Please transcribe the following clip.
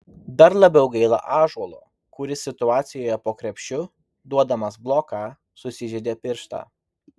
dar labiau gaila ąžuolo kuris situacijoje po krepšiu duodamas bloką susižeidė pirštą